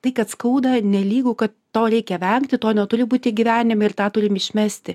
tai kad skauda nelygu ka to reikia vengti to neturi būti gyvenime ir tą turim išmesti